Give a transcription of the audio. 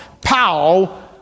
pow